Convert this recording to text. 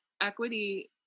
equity